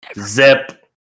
Zip